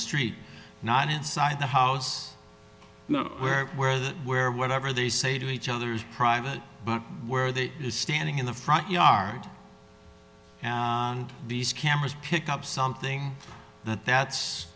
street not inside the house where where that where whatever they say to each other is private but where that is standing in the front yard and these cameras pick up something that that's